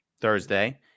Thursday